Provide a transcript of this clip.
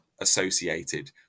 associated